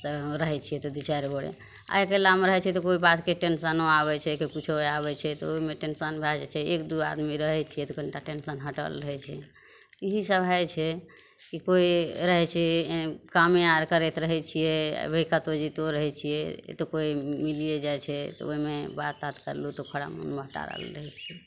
आ रहै छियै तऽ दू चारि गोड़े आइकाल्हिमे रहै छियै तऽ कोइ बातके टेंसनो आबै छै कि किछो आबै छै तऽ ओहिमे टेंसन भए जाइ छै एक दू आदमी रहै छियै तऽ कनिटा टेंसन हटल रहै छै ई सभ हइ छै कि कोइ रहै छै काम आर करैत रहै छियै अभी कतौ जाइतो रहै छियै तऽ कोइ मिलिए जाइ छै तऽ ओहिमे बात तात कयलहुॅं तऽ मोन बहटारल रहै छै